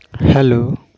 hello